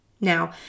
Now